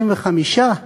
35?